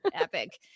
epic